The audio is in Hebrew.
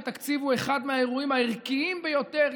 ותקציב הוא אחד מהאירועים הערכיים ביותר,